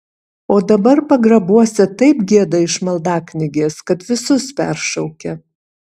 o dabar pagrabuose taip gieda iš maldaknygės kad visus peršaukia